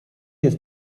jest